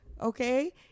Okay